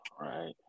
Right